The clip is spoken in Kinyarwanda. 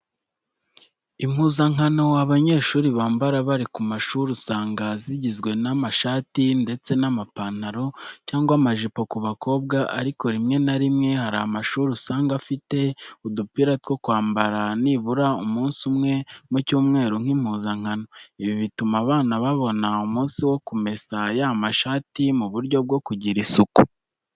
Impuzankano abanyeshuri bambara bari ku mashuri usanga zigizwe n'amashati ndetse n'amapantaro cyangwa amajipo ku bakobwa ariko rimwe na rimwe hari amashuri usanga afite udupira two kwambara nibura umunsi umwe mu cyumweru nk'impuzankano, ibi bituma abana babona umunsi wo kumesa ya mashati mu buryo bwo kugira isuku.